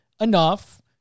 enough